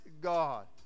God